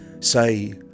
Say